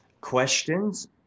questions